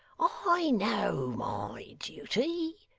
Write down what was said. i know my duty.